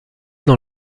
dans